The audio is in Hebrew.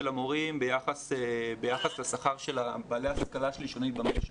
המורים ביחס לשכר של בעלי ההשכלה השלישונית במשק,